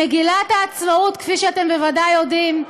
במגילת העצמאות, כפי שאתם בוודאי יודעים,